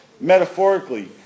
metaphorically